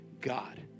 God